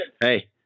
Hey